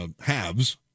halves